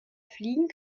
fliegen